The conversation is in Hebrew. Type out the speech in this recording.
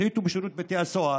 החליטו בשירות בתי הסוהר,